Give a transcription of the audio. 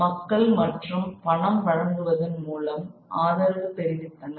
மக்கள் மற்றும் பணம் வழங்குவதன் மூலம் ஆதரவு தெரிவித்தனர்